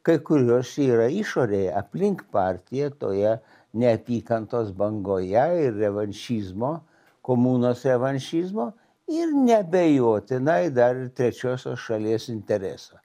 kai kurios yra išorėje aplink partiją toje neapykantos bangoje ir revanšizmo komunos revanšizmo ir neabejotinai dar ir trečiosios šalies interesa